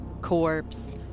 corpse